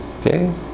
okay